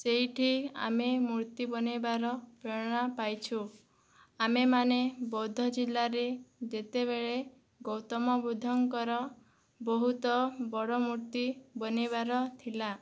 ସେଇଠି ଆମେ ମୂର୍ତ୍ତି ବନାଇବାର ପ୍ରେରଣା ପାଇଛୁ ଆମେମାନେ ବୌଦ୍ଧ ଜିଲ୍ଲାରେ ଯେତେବେଳେ ଗୌତମ ବୁଦ୍ଧଙ୍କର ବହୁତ ବଡ଼ ମୂର୍ତ୍ତି ବନାଇବାର ଥିଲା